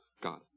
God